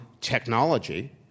technology